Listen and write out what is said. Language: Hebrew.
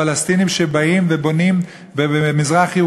פלסטינים שבאים ובונים במזרח-ירושלים,